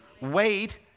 wait